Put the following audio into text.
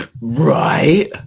Right